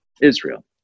Israel